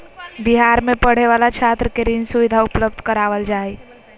बिहार में पढ़े वाला छात्र के ऋण सुविधा उपलब्ध करवाल जा हइ